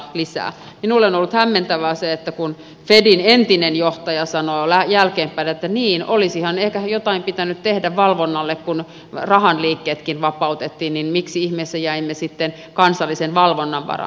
minulle on ollut hämmentävää se kun fedin entinen johtaja sanoo jälkeenpäin että niin olisihan ehkä jotain pitänyt tehdä valvonnalle että kun rahan liikkeetkin vapautettiin niin miksi ihmeessä jäimme sitten kansallisen valvonnan varaan